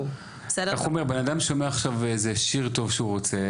בן אדם שומע עכשיו איזה שיר טוב שהוא רוצה,